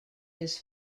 his